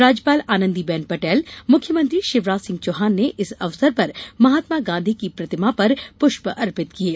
राज्यपाल आनंदी बेन पटेल मुख्यमंत्री शिवराज सिंह चौहान ने इस अवसर पर महात्मा गांधी की प्रतिमा पर पुष्प अर्पित किये